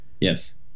Yes